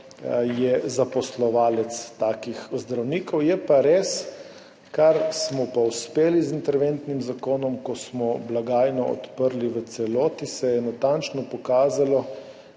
je zaposlovalec takih zdravnikov. Je pa res, kar smo pa uspeli z interventnim zakonom – ko smo blagajno odprli v celoti, se je natančno pokazalo,